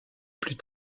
plus